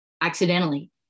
accidentally